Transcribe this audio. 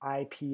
IP